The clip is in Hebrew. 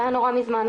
זה היה נורא מזמן,